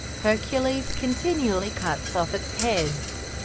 hercules continually cuts off its heads,